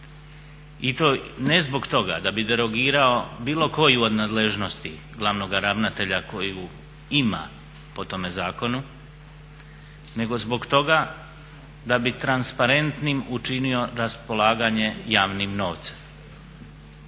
I to ne zbog toga da bi derogirao bilo koju od nadležnosti glavnoga ravnatelja koju ima po tome zakonu, nego zbog toga da bi transparentnim učinio raspolaganje javnim novcem.